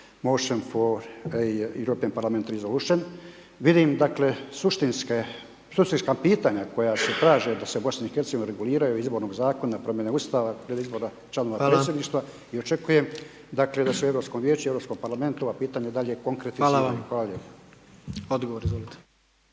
Motions for European Parliament resolutions, vidim dakle suštinske, suštinska pitanja koja se traže da se Bosna i Hercegovina reguliraju izbornog zakona, promijene Ustava, pred izbora članova Predsjedništva i očekujem dakle da se u Europskom vijeću i Europskom Parlamentu ova pitanja dalje konkretiziraju. Hvala lijepo.